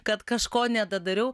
kad kažko nedadariau